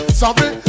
sorry